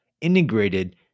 integrated